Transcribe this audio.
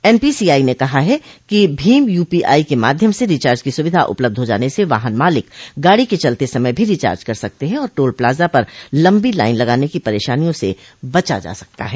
N P C I ने कहा है कि भीम यूपीआई के माध्यम से रिचार्ज की सुविधा उपलब्ध हो जाने से वाहन मालिक गाड़ी के चलते समय भी रिचार्ज कर सकते हैं और टोल प्लाजा पर लंबी लाइन लगाने की परेशानियों से बचा जा सकता है